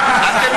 אני ממש,